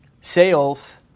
Sales